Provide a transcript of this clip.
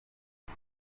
uyu